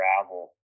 travel